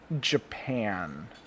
Japan